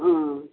अँ